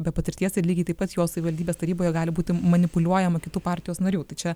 be patirties ir lygiai taip pat jo savivaldybės taryboje gali būti manipuliuojama kitų partijos narių tai čia